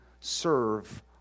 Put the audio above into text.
serve